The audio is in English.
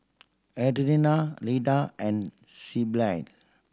Adriana Leda and sea